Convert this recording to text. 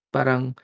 Parang